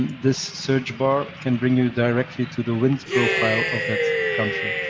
this search bar can bring you directly to the wind profile of that country.